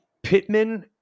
Pittman